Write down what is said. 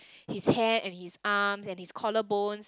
his hand and his arm and his collarbones